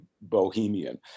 bohemian